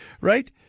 Right